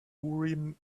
urim